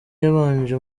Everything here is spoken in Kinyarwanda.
yabanje